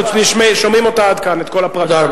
פשוט שומעים אותה עד כאן, את כל הפרטים.